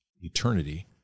eternity